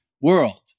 world